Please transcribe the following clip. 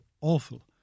awful